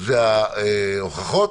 זה ההוכחות,